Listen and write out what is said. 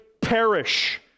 perish